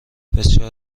بسیار